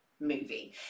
movie